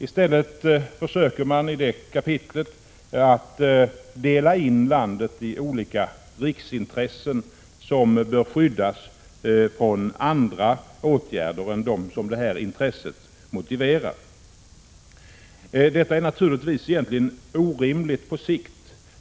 I stället försöker man i det kapitlet att dela in landet i olika riksintressen som bör skyddas från andra åtgärder än dem som det här intresset motiverar. Detta är naturligtvis egentligen orimligt på sikt.